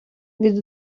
від